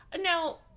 now